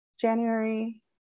January